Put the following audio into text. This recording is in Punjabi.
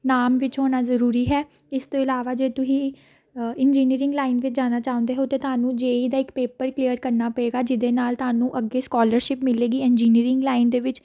ਨਾਮ ਵਿੱਚ ਹੋਣਾ ਜ਼ਰੂਰੀ ਹੈ ਇਸ ਤੋਂ ਇਲਾਵਾ ਜੇ ਤੁਸੀਂ ਇੰਜੀਨੀਅਰਿੰਗ ਲਾਈਨ ਵਿੱਚ ਜਾਣਾ ਚਾਹੁੰਦੇ ਹੋ ਤਾਂ ਤੁਹਾਨੂੰ ਜੇ ਈ ਦਾ ਇੱਕ ਪੇਪਰ ਕਲੀਅਰ ਕਰਨਾ ਪਵੇਗਾ ਜਿਹਦੇ ਨਾਲ ਤੁਹਾਨੂੰ ਅੱਗੇ ਸਕੋਲਰਸ਼ਿਪ ਮਿਲੇਗੀ ਇੰਜੀਨੀਅਰਿੰਗ ਲਾਈਨ ਦੇ ਵਿੱਚ